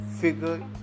figure